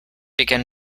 begin